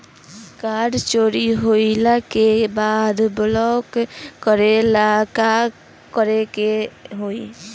Card चोरी होइला के बाद ब्लॉक करेला का करे के होई?